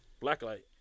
Blacklight